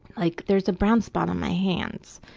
like, there's a brown spot on my hand.